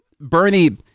Bernie